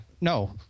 No